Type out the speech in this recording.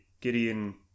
Gideon